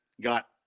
got